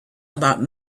about